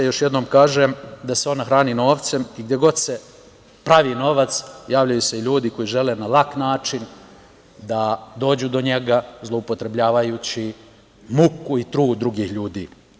Još jednom kažem da se ona hrani novcem i gde god se pravi novac, javljaju se ljudi koji žele na lak način da dođu do njega, zloupotrebljavajući muku i trud drugih ljudi.